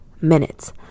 minutes